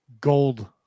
gold